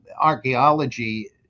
Archaeology